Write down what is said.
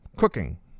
cooking